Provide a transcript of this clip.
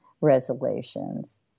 resolutions